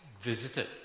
visited